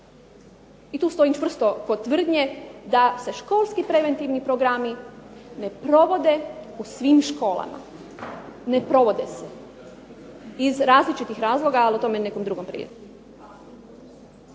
I tu stojim čvrsto kod tvrdnje da se školski preventivni programi ne provode u svim školama. Ne provode se iz različitih razloga, ali o tome nekom drugom prilikom.